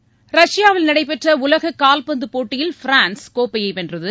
seconds ரஷ்யாவில் நடைபெற்ற உலக கால்பந்து போட்டியில் பிரான்ஸ் கோப்பையை வென்றது